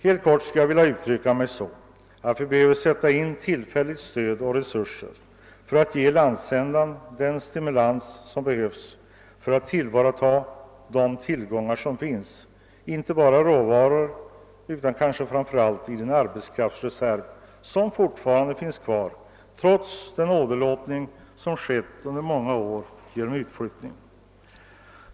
Helt kort skulle jag vilja uttrycka mig så, att vi behöver sätta in tillfälligt stöd och resurser för att ge landsändan den stimulans som är nödvändig för att kunna tillvarata de tillgångar som finns, inte bara beträffande råvaror utan kanske framför allt då det gäller den arbetskraftsreserv som fortfarande finns kvar trots den åderlåtning som under många år skett genom utflyttning.